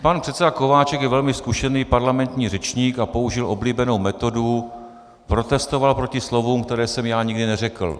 Pan předseda Kováčik je velice zkušený parlamentní řečník a použil oblíbenou metodu: protestoval proti slovům, která jsem já nikdy neřekl.